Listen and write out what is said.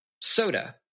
soda